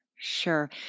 Sure